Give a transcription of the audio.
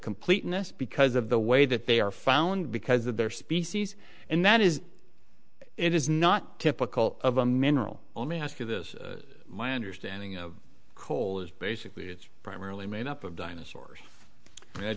completeness because of the way that they are found because of their species and that is it is not typical of a mineral only ask you this my understanding of coal is basically it's primarily made up of dinosaurs